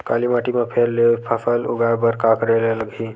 काली माटी म फेर ले फसल उगाए बर का करेला लगही?